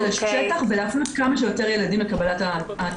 לשטח ולהפנות כמה שיותר ילדים לקבלת הטיפול הזה.